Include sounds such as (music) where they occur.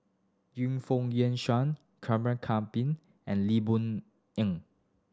Yu Foon Yen Shoon (unintelligible) and Lee Boon Eng